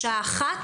בשעה